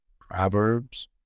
Proverbs